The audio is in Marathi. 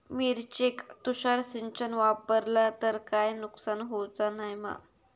मिरचेक तुषार सिंचन वापरला तर काय नुकसान होऊचा नाय मा?